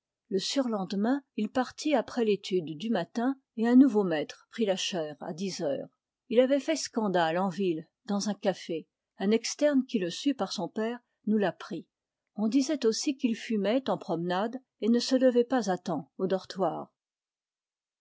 le surlendemain il partit après l'étude du matin et un nouveau maître prit la chaire à dix heures il avait fait scandale en ville dans un café un externe qui le sut par son père nous l'apprit on disait aussi qu'il fumait en promenade et ne se levait pas à temps au dortoir